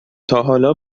تاحالا